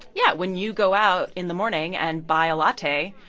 yeah. when you go out in the morning and buy a latte,